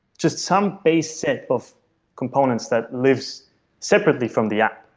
just some base set of components that lives separately from the app.